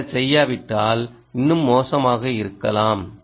நீங்கள் செய்யாவிட்டால் இன்னும் மோசமாக இருக்கலாம்